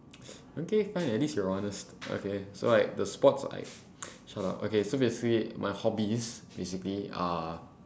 okay fine at least you're honest okay so like the sports I shut up okay so basically my hobbies basically are